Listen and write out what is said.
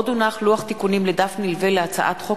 לוח תיקונים לדף נלווה להצעת חוק